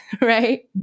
right